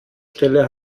stelle